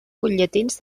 butlletins